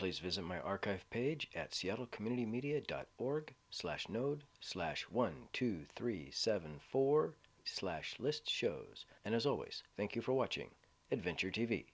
please visit my archived page at seattle community media dot org slash node slash one two three seven four slash list shows and as always thank you for watching adventure t